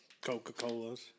Coca-Colas